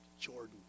Jordan